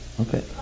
Okay